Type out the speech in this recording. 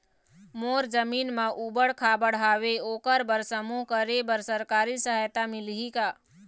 मोर जमीन म ऊबड़ खाबड़ हावे ओकर बर समूह करे बर सरकारी सहायता मिलही का?